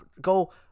go